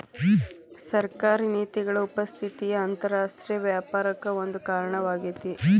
ಸರ್ಕಾರಿ ನೇತಿಗಳ ಉಪಸ್ಥಿತಿನೂ ಅಂತರರಾಷ್ಟ್ರೇಯ ವ್ಯಾಪಾರಕ್ಕ ಒಂದ ಕಾರಣವಾಗೇತಿ